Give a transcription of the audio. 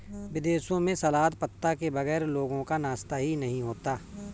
विदेशों में सलाद पत्ता के बगैर लोगों का नाश्ता ही नहीं होता